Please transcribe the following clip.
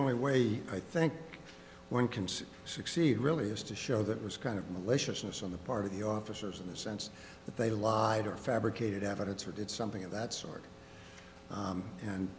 only way i think one can succeed really is to show that it was kind of lucius on the part of the officers in the sense that they lied or fabricated evidence or did something of that sort